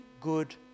good